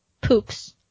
poops